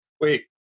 Wait